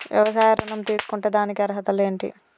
వ్యవసాయ ఋణం తీసుకుంటే దానికి అర్హతలు ఏంటి?